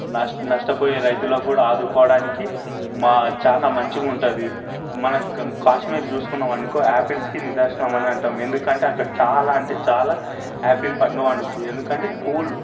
నష్ట నష్టపోయే రైతుల కూడా ఆదుకోవడానికి మా చాలా మంచిగా ఉంటుంది మన కా కాశ్మీర్ చూసుకున్నాం అనుకో ఆపిల్స్కి నిదర్శనమని అంటాం ఎందుకంటే అక్కడ చాలా అంటే చాలా ఆపిల్ పండు పండుతాయి ఎందుకంటే కూల్